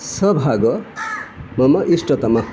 सः भागः मम इष्टतमः